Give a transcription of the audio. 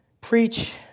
preach